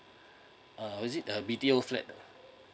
uh was it a B_T_O flat